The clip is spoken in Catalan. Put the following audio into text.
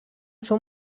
són